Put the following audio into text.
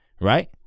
Right